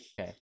Okay